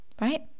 right